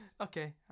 Okay